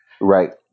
Right